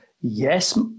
yes